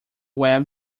web